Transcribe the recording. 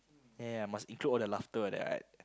yeah yeah must include all the laughter all that right